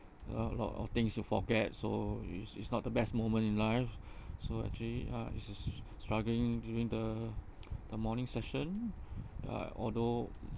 ya a lot of things you forget so it's it's not the best moment in life so actually uh it's a stru~ struggling during the the morning session uh although